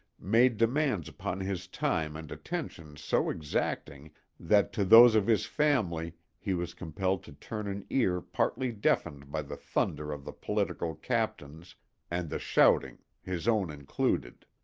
made demands upon his time and attention so exacting that to those of his family he was compelled to turn an ear partly deafened by the thunder of the political captains and the shouting, his own included.